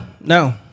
No